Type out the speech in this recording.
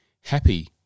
happy